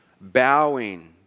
bowing